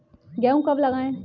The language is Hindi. गेहूँ कब लगाएँ?